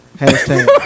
Hashtag